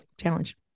challenge